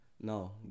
no